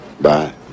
Bye